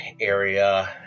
area